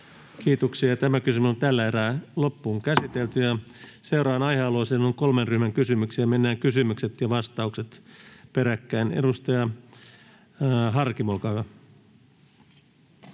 käydä läpi myös tätä esittämäänne kysymystä. Seuraavaan aihealueeseen on kolmen ryhmän kysymyksiä. Mennään kysymykset ja vastaukset peräkkäin. — Edustaja Harkimo,